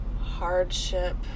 hardship